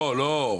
לא, לא.